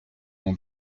mon